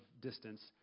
distance